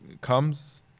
comes